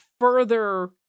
further